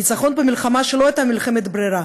ניצחון במלחמה שלא הייתה מלחמת ברירה